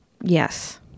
Yes